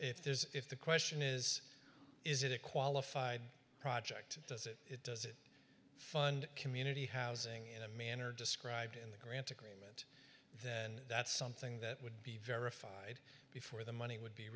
if there is if the question is is it a qualified project does it does it fund community housing in a manner described in the grant agreement then that's something that would be verified before the money would be